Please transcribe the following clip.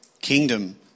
kingdom